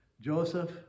Joseph